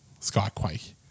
skyquake